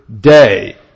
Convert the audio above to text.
day